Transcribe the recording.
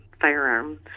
firearm